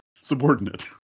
Subordinate